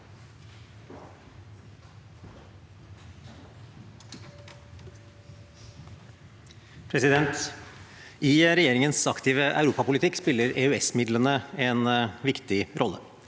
I regjeringens aktive europapolitikk spiller EØS-midlene en viktig rolle.